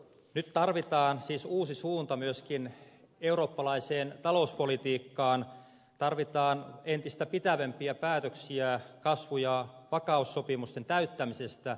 nyt tarvitaan siis uusi suunta myöskin eurooppalaiseen talouspolitiikkaan tarvitaan entistä pitävämpiä päätöksiä kasvu ja vakaussopimuksen täyttämisestä